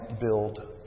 build